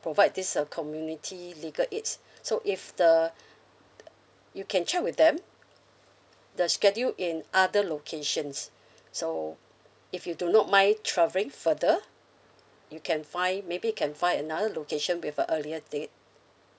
provide this uh community legal aids so if the err you can check with them the schedule in other locations so if you do not mind travelling further you can find maybe you can find another location with uh earlier date